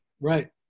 Right